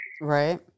right